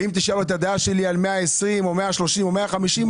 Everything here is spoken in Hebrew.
אם תשאל את הדעה שלי על 120 או 130 או 150,